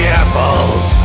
apples